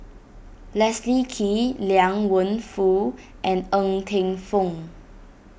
Leslie Kee Liang Wenfu and Ng Teng Fong